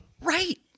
right